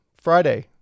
Friday